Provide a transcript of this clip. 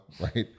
right